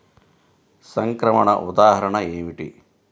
సంక్రమణ ఉదాహరణ ఏమిటి?